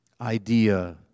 idea